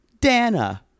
Dana